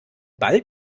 bald